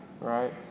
right